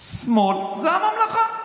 שמאל זה הממלכה.